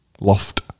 Loft